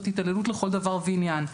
זו התעללות לכל דבר ועניין.